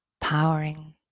powering